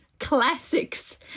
classics